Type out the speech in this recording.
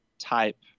type